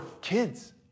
kids